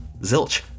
zilch